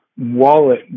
wallet